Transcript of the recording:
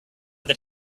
that